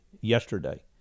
yesterday